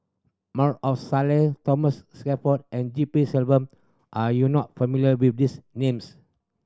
More Thomas and D P Selvam are you not familiar with these names